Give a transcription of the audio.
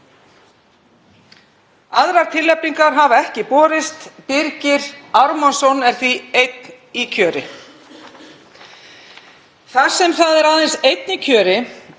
Aðrar tilnefningar hafa ekki borist. Birgir Ármannsson er því einn í kjöri. Þar sem aðeins einn er í kjöri